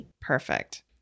Perfect